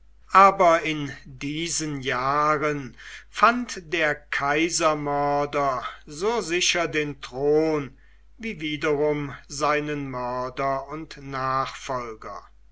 aber in diesen jahren fand der kaisermörder so sicher den thron wie wiederum seinen mörder und nachfolger